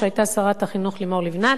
כשהיתה שרת החינוך לימור לבנת,